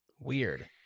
Weird